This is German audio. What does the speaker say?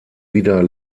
wieder